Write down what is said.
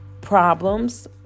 problems